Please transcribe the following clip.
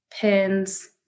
pins